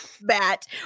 bat